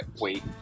wait